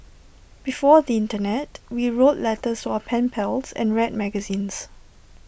before the Internet we wrote letters to our pen pals and read magazines